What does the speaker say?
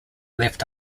left